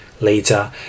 Later